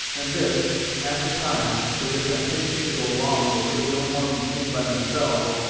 and this, half the time, with a temptation to go wrong that could no more be seen by themselves,